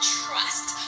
trust